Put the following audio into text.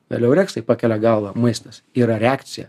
vėliau reksai pakelia galvą maistas yra reakcija